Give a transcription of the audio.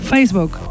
Facebook